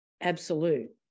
absolute